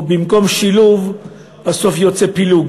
במקום שילוב בסוף יוצא פילוג.